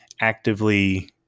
actively